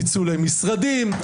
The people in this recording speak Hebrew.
פיצולי משרדים,